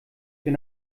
wir